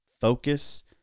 Focus